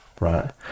right